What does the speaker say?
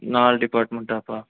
நாலு டிப்பார்ட்மெண்ட்டாப்பா